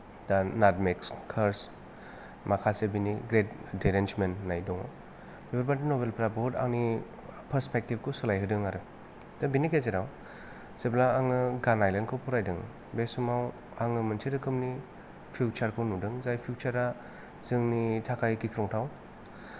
दा नाटमेक्स कार्च माखासे बेनि ग्रेट देरिन्जमेन्ट होननाय दङ बेफोरबादि नबेलफ्रा बहुत आंनि पार्सपेकटिभ खौ सोलायहोदों आरो दा बेनि गेजेराव जेब्ला आङो गान आइलेण्ड खौ फरायदों बे समाव आङो मोनसे रोखोमनि फिउसारखौ नुदों जाय फिउसारआ जोंनि थाखाय गिख्रंथाव